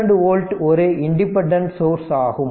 32 volt ஒரு independent source ஆகும்